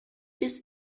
biss